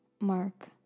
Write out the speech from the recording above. mark